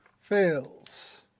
fails